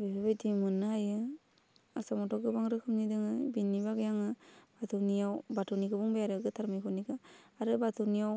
बेफोरबायदि मोननो हायो आसामावथ' गोबां रोखोमनि दङ बेनि बागै आङो बाथौनियाव बाथौनिखौ बुंबाय आरो गोथार मैखुननिखौ आरो बाथौनियाव